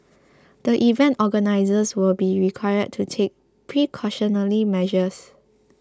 the event organisers will be required to take precautionary measures